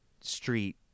street